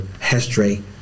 history